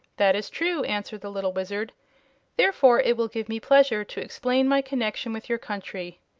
that is true, answered the little wizard therefore it will give me pleasure to explain my connection with your country.